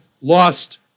lost